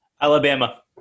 Alabama